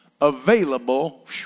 available